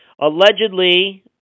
allegedly